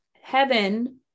heaven